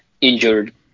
injured